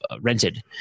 rented